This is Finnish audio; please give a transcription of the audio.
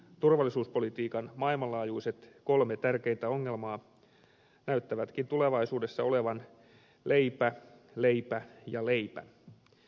turvallisuuspolitiikan kolme maailmanlaajuista ja tärkeintä ongelmaa näyttävätkin tulevaisuudessa olevan leipä leipä ja leipä